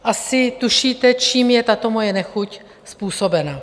Asi tušíte, čím je tato moje nechuť způsobena.